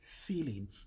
feeling